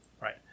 Right